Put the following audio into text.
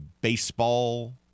baseball